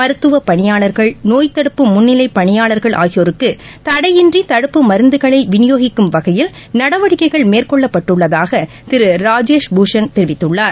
மருத்துவப்பணியாளர்கள் நோய் தடுப்பு முன்னிலை பணியாளர்கள் ஆகியோருக்கு தடையின்றி தடுப்பு மருந்துகளை விநியோகிக்கும் வகையில் நடவடிக்கைகள்மேற்கொள்ளப்பட்டுள்ளதாகதிரு ராஜேஷ் பூஷண் தெரிவித்துள்ளார்